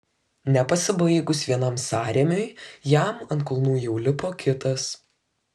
nepasibaigus vienam sąrėmiui jam ant kulnų jau lipo kitas